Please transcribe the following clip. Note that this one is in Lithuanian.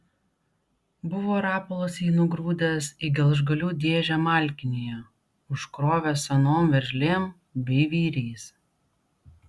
buvo rapolas jį nugrūdęs į gelžgalių dėžę malkinėje užkrovęs senom veržlėm bei vyriais